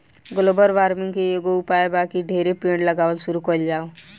global warming के एकेगो उपाय बा की ढेरे पेड़ लगावल शुरू कइल जाव